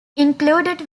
included